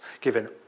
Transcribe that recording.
given